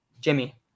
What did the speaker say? Jimmy